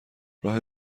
راه